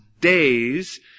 days